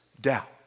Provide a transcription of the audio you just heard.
doubt